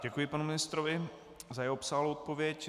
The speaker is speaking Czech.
Děkuji panu ministrovi za jeho obsáhlou odpověď.